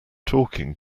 talking